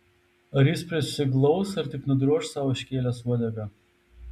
ar jis prisiglaus ar tik nudroš sau iškėlęs uodegą